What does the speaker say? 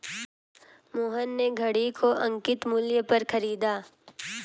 मोहन ने घड़ी को अंकित मूल्य पर खरीदा